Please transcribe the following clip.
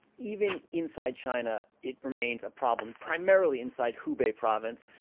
even inside china, it remains a problem, primarily inside hubei province.